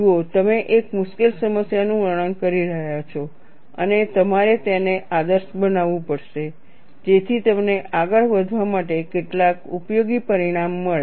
જુઓ તમે એક મુશ્કેલ સમસ્યાનું વર્ણન કરી રહ્યા છો અને તમારે તેને આદર્શ બનાવવું પડશે જેથી તમને આગળ વધવા માટે કેટલાક ઉપયોગી પરિણામ મળે